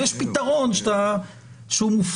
יש פתרון שהוא מופרך.